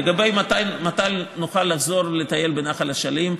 לגבי מתי נוכל לחזור לטייל בנחל אשלים,